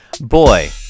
Boy